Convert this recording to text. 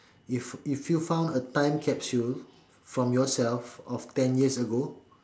if if you found a time capsule from yourself of ten years ago